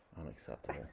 Unacceptable